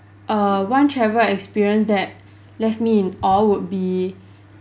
err one travel experience that left me in awe would be